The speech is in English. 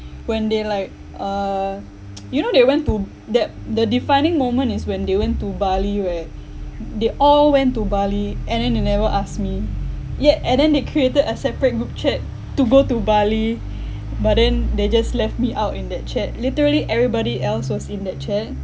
when they like uh you know they went to that the defining moment is when they went to bali where they all went to bali and then they never ask me yet and then they created a separate group chat to go to bali but then they just left me out in that chat literally everybody else was in that chat